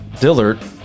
Dillard